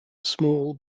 small